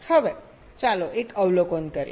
હવે ચાલો એક અવલોકન કરીએ